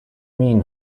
mean